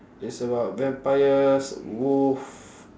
it's about vampires wolf